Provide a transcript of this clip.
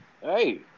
Hey